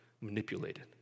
manipulated